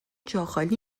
جاخالی